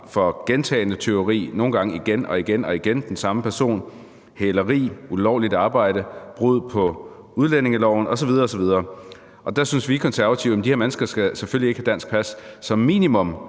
det den samme person, der har gjort det igen og igen – hæleri, ulovligt arbejde, brud på udlændingeloven osv. osv. Der synes vi Konservative, at de her mennesker selvfølgelig ikke skal have dansk pas. Som minimum